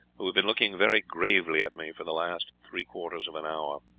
who have been looking very gravely at me for the last three quarters of an hour.